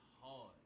hard